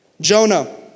Jonah